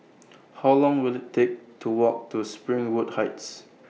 How Long Will IT Take to Walk to Springwood Heights